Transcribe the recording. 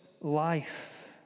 life